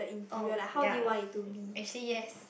oh ya actually yes